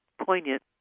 poignant